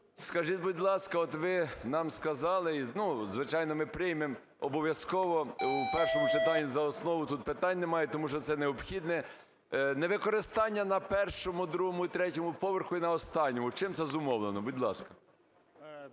скажіть, будь ласка, от ви нам сказали, ну, звичайно, ми приймемо обов'язково у першому читанні за основу, тут питань немає, тому що це необхідне, невикористання на першому, другому і третьому поверсі, і на останньому, чим це зумовлено? Будь ласка.